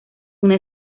una